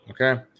Okay